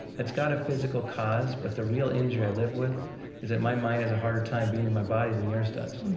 it's got a physical cause, but the real injury i live with is that my mind has a harder time being in my body than yours does,